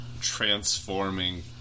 transforming